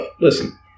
listen